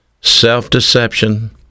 self-deception